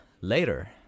later